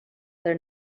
their